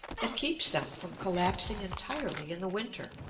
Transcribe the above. that keeps them from collapsing entirely in the winter.